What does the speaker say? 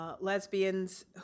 lesbians